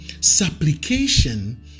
Supplication